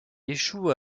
échoue